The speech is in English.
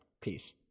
Peace